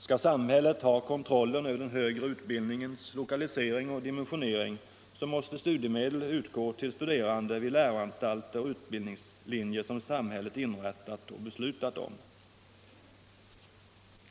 Skall samhället ha kontrollen över den högre utbildningens lokalisering och dimensionering, måste studiemedel utgå till studerande vid läroanstalter och utbildningslinjer som samhället inrättat och beslutat om.